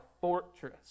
fortress